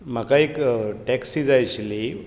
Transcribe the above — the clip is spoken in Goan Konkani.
म्हाका एक टैक्सी जाय आशिल्ली